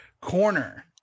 corner